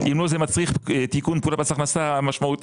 אם לא, זה מצריך תיקון פקודת מס הכנסה משמעותי.